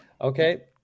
Okay